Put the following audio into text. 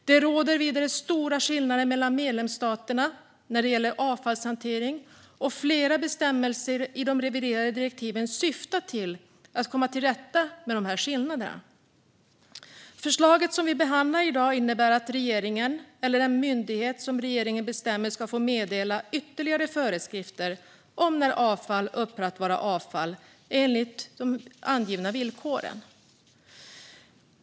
Det råder vidare stora skillnader mellan medlemsstaterna när det gäller avfallshantering, och flera bestämmelser i de reviderade direktiven syftar till att komma till rätta med dessa skillnader. Förslaget som vi behandlar i dag innebär att regeringen eller den myndighet som regeringen bestämmer ska få meddela ytterligare föreskrifter om när avfall upphör att vara avfall enligt de angivna villkoren.